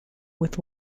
with